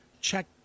check